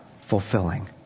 fulfilling